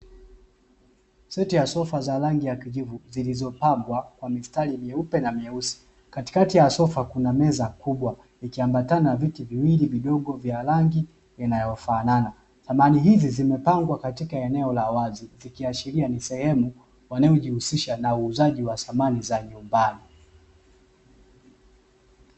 Seti ya sofa za rangi ya kijivu, zilizopambwa kwa mistari myeupe na myeusi. Katikati ya sofa kuna meza kubwa ikiambatana na viti viwili vidogo vya rangi inayofanana. Samani hizi zimepangwa katika eneo la wazi, zikiashiria ni sehemu wanayojihusisha na uuzaji wa samani za nyumbani.